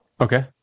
Okay